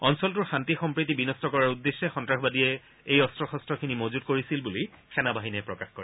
অঞ্চলটোৰ শান্তি সম্প্ৰীতি বিনট্ট কৰাৰ উদ্দেশ্যে সন্তাসবাদীয়ে এই অস্ত্ৰ শস্তখিনি মজুত কৰিছিল বুলি সেনা বাহিনীয়ে প্ৰকাশ কৰে